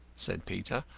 said peter,